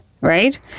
right